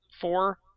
four